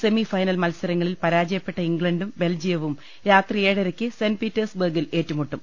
semifinal മത്സരങ്ങളിൽ പരാജയപ്പെട്ട ഇംഗ്ലണ്ടും ബെൽജിയവും രാത്രി ഏഴരയ്ക്ക് സെന്റ് പീറ്റേഴ്സ് ബർഗിൽ ഏറ്റുമുട്ടും